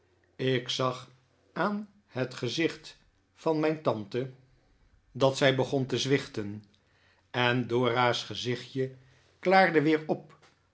ik zag aan het gezicht van mijn tante dat zij samenkomst in canterbury begon te zwichten en dora's gezichtje klaarde weer op